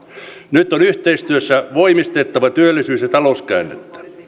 nyt on yhteistyössä voimistettava työllisyys ja talouskäännettä